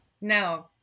No